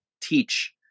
teach